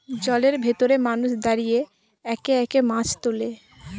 জলের ভেতরে মানুষ দাঁড়িয়ে একে একে মাছ তোলে